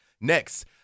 Next